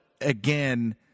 again